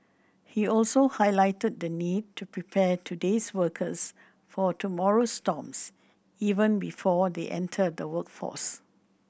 he also highlighted the need to prepare today's workers for tomorrow's storms even before they enter the workforce